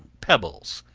pebbles,